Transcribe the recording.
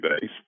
base